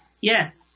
Yes